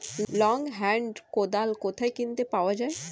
Long hand কোদাল কোথায় কিনতে পাওয়া যায়?